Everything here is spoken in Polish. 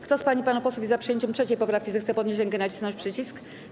Kto z pań i panów posłów jest za przyjęciem 3. poprawki, zechce podnieść rękę i nacisnąć przycisk.